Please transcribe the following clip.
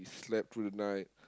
slept through the night